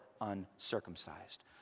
uncircumcised